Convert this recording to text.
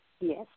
Yes